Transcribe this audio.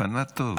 פנאט טוב.